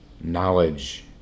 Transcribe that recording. knowledge